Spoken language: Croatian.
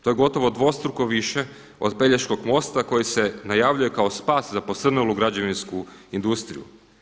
To je gotovo dvostruko više od Pelješkog mosta koji se najavljuje kao spas za posrnulu građevinsku industriju.